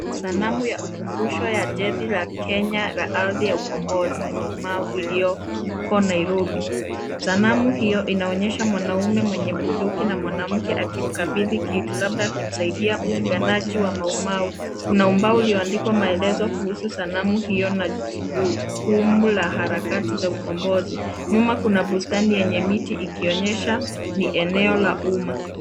Sanamu ya ukumbusho ya jadi la Kenya la ardhi ya ukombozi, Maumau , iliyoko Nairobi. Sanamu hiyo inaonyesha mwanamume mwenye bunduki na mwanamke akimkabidhi kitu labda akimsaidia mpiganaji wa Maumau . Kuna ubao ulioandikwa maelezo kuhusu sanamu hiyo na jukumu la harakati za ukombozi. Nyuma kuna bustani yenye miti ikionyesha ni eneo la umma.